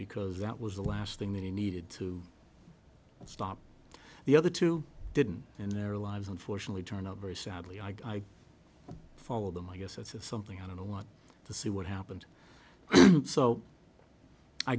because that was the last thing they needed to stop the other two didn't and their lives unfortunately turned out very sadly i followed them i guess it's something i don't want to see what happened so i